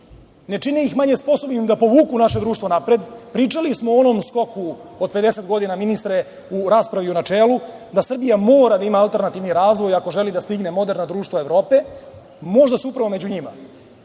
ne čini ih manje sposobnim da povuku naše društvo napred. Pričali smo o onom skoku od 50 godina ministre, u raspravi u načelu, da Srbija mora da ima alternativni razvoj ako želi da stigne moderna društva Evrope. Možda se upravo među njima